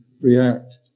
react